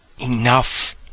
enough